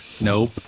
nope